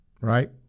Right